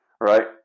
right